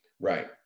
right